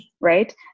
Right